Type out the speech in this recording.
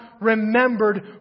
remembered